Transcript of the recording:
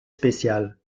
spécial